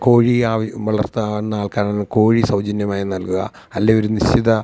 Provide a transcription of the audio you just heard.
കോഴി വളര്ത്തുന്ന ആൾക്കാർ കോഴി സൗജന്യമായി നല്കുക അല്ലേല് ഒരു നിശ്ചിത